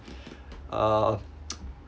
uh